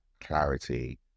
clarity